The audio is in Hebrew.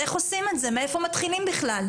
איך עושים את זה, מאיפה מתחילים בכלל.